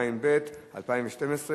התשע"ב 2012,